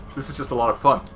this is just a lot of fun